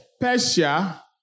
Persia